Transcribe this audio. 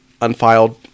unfiled